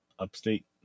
Upstate